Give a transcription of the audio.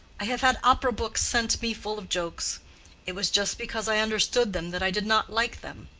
i have had opera books sent me full of jokes it was just because i understood them that i did not like them.